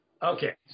Okay